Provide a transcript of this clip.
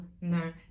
no